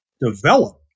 develop